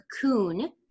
cocoon